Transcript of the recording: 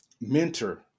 mentor